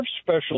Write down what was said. special